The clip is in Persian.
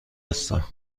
هستم